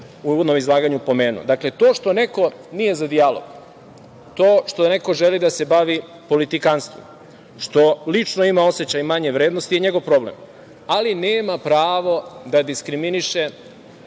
u uvodnom izlaganju pomenuo. Dakle, to što neko nije za dijalog, to što neko želi da se bavi politikanstvom, što lično ima osećaj manje vrednosti, to je njegov problem, ali nema pravo da diskriminiše